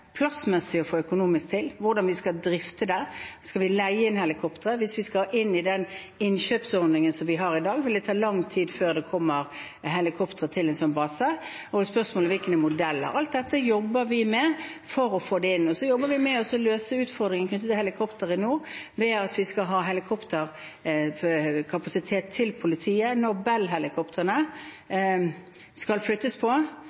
plassmessig og det å få det økonomisk til, hvordan vi skal drifte det, om vi skal leie inn helikopter. Med den innkjøpsordningen som vi har i dag, vil det ta lang tid før det kommer helikopter til en sånn base, og så er det spørsmål om hvilke modeller. Alt dette jobber vi med for å få det inn. Så jobber vi med å løse utfordringene med helikopter i nord. Vi skal ha helikopterkapasitet for politiet når Bell-helikoptrene skal flyttes på,